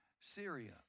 Syria